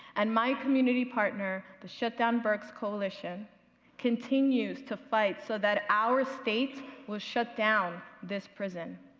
and, my community partner the shutdown burkes collision continues to fight so that our states will shutdown this prison.